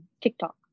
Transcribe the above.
TikTok